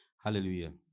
Hallelujah